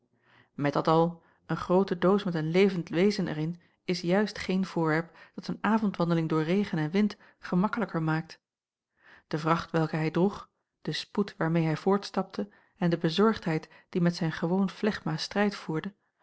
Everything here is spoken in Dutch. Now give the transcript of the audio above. met dat al een groote doos met een levend wezen er in is juist geen voorwerp dat een avondwandeling door regen en wind gemakkelijker maakt de vracht welke hij droeg de spoed waarmeê hij voortstapte en de bezorgdheid die met zijn gewoon flegma strijd voerde